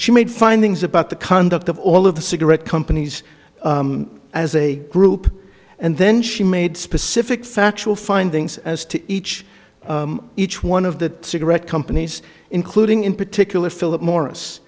she made findings about the conduct of all of the cigarette companies as a group and then she made specific factual findings as to each each one of the cigarette companies including in particular philip morris